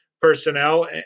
personnel